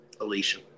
Alicia